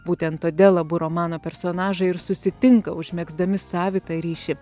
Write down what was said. būtent todėl abu romano personažai ir susitinka užmegzdami savitą ryšį